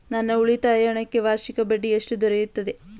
ನನ್ನ ಉಳಿತಾಯ ಹಣಕ್ಕೆ ವಾರ್ಷಿಕ ಎಷ್ಟು ಬಡ್ಡಿ ದೊರೆಯುತ್ತದೆ?